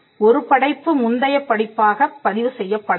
ஒரு படைப்பு முந்தைய படைப்பாகப் பதிவு செய்யப்படாது